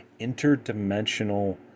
interdimensional